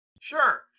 Sure